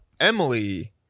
Emily